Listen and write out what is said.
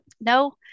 no